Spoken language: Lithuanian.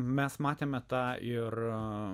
mes matėme tą ir